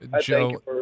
Joe